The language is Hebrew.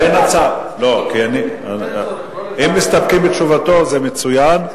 אם מסתפקים בתשובת השר, זה מצוין.